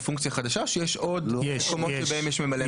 זה פונקציה חדשה או שיש עוד מקומות שבהם יש ממלא מקום?